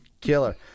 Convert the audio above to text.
Killer